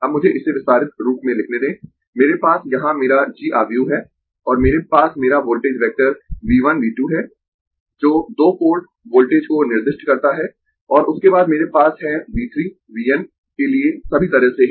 अब मुझे इसे विस्तारित रूप में लिखने दें मेरे पास यहाँ मेरा G आव्यूह है और मेरे पास मेरा वोल्टेज वेक्टर V 1 V 2 है जो दो पोर्ट वोल्टेज को निर्दिष्ट करता है और उसके बाद मेरे पास है V 3 V n के लिए सभी तरह से है